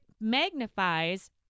magnifies